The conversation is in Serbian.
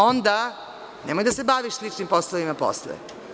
Onda nemoj da se baviš sličnim poslovima posle.